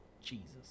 Jesus